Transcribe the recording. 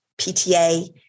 PTA